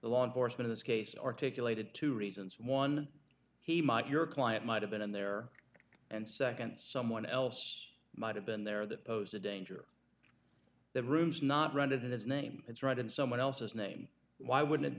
the law enforcement this case articulated two reasons one he might your client might have been in there and nd someone else might have been there that posed a danger the rooms not rented in his name it's right in someone else's name why wouldn't it